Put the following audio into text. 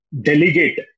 delegate